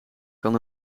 kan